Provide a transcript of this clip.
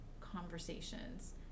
conversations